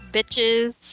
Bitches